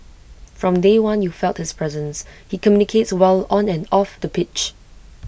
from day one you felt his presence he communicates well on and off the pitch